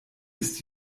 ist